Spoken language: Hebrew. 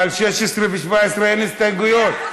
אבל על 16 ו-17 אין הסתייגויות.